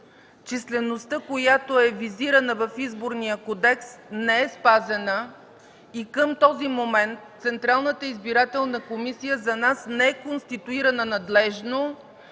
числеността, която е визирана в Изборния кодекс, не е спазена и към този момент Централната избирателна комисия за нас не е конституирана надлежно